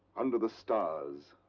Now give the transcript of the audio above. under the stars.